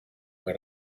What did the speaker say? fue